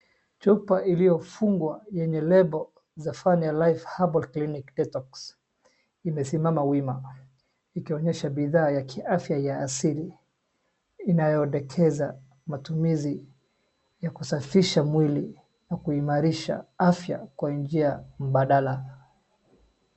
Chupa iliyofungwa yenye lembo zaphania life herbal clinic detox imesimama wima ikionyesha bidhaa ya kiafya ya asili inayondokeza matumizi ya kusafisha mwili na kuimarisha afya kwa njia mbadala.